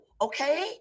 Okay